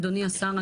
אדוני השר,